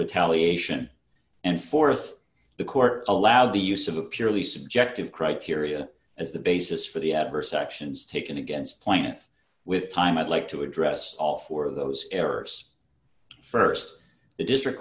retaliation and th the court allowed the use of a purely subjective criteria as the basis for the adverse actions taken against plants with time i'd like to address all four of those errors st the district